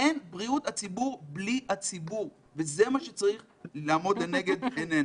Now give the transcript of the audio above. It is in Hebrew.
אין בריאות הציבור בלי הציבור וזה מה שצריך לעמוד לנגד עינינו.